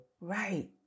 right